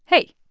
hey.